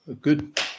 Good